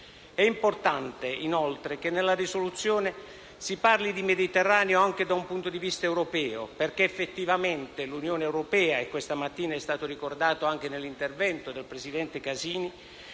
È importante, inoltre, che nella risoluzione si parli di Mediterraneo anche da un punto di vista europeo, perché effettivamente - come questa mattina è stato ricordato anche nell'intervento del presidente Casini